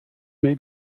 may